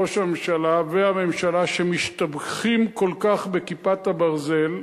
ראש הממשלה והממשלה משתבחים כל כך ב"כיפת הברזל"